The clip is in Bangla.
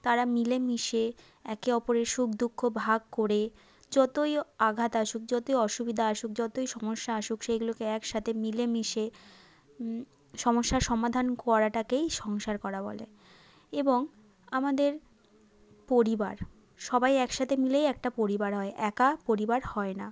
তারা মিলেমিশে একে অপরের সুখ দুঃখ ভাগ করে যতই আঘাত আসুক যতই অসুবিধা আসুক যতই সমস্যা আসুক সেগুলোকে একসাথে মিলেমিশে সমস্যার সমাধান করাটাকেই সংসার করা বলে এবং আমাদের পরিবার সবাই একসাথে মিলেই একটা পরিবার হয় একা পরিবার হয় না